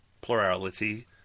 plurality